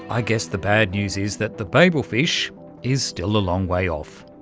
i guess the bad news is that the babel fish is still a long way off.